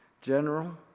general